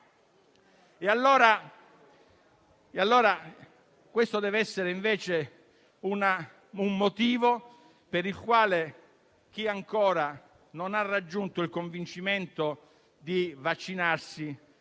Questo dev'essere invece un motivo per il quale chi ancora non ha raggiunto il convincimento di vaccinarsi